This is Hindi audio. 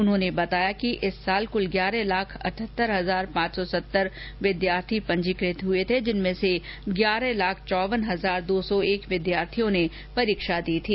उन्होंने बताया कि इस साल कुल ग्यारह लाख अठत्तर हजार पांच सौ सत्तर विद्यार्थी पंजीकृत हुए जिनमें से ग्यारह लाख चौव्वन हजार दो सौ एक विद्यार्थियों ने परीक्षा दी थी